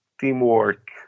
teamwork